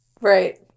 Right